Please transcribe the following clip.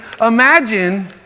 imagine